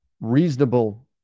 reasonable